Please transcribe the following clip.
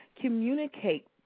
communicate